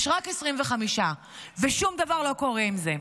יש רק 25, ושום דבר לא קורה עם זה.